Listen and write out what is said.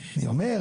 אני אומר,